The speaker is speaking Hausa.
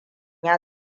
ya